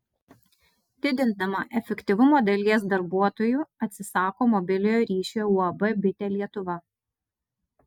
didindama efektyvumą dalies darbuotojų atsisako mobiliojo ryšio uab bitė lietuva